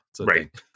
Right